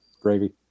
gravy